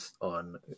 on